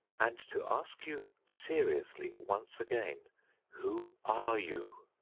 and to ask you seriously once again who are you?